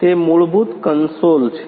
તે મૂળભૂત કન્સોલ છે